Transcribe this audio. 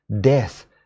death